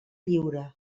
lliure